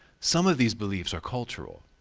some of these beliefs are cultural.